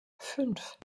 fünf